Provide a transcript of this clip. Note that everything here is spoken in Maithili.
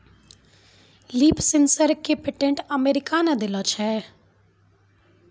लीफ सेंसर क पेटेंट अमेरिका ने देलें छै?